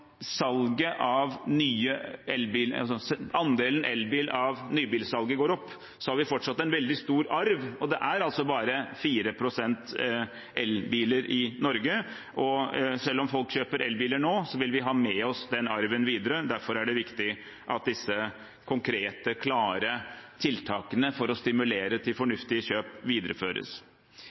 andelen elbiler av nybilsalget går opp, har vi fortsatt en veldig stor arv, og det er bare 4 pst. av bilene som er elbiler i Norge. Selv om folk kjøper elbiler nå, vil vi ha med oss den arven videre. Derfor er det viktig at disse konkrete, klare tiltakene for å stimulere til fornuftige kjøp videreføres.